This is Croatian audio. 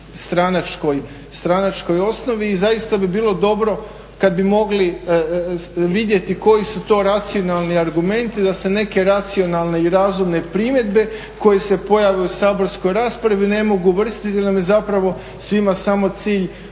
stranačkoj osnovi i zaista bi bilo dobro kad bi mogli vidjeti koji su to racionalni argumenti, da se neke racionalne i razumne primjedbe koje se pojave u saborskoj raspravi ne mogu uvrstiti jer nam je zapravo svima samo cilj